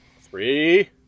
Three